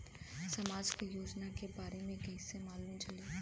समाज के योजना के बारे में कैसे मालूम चली?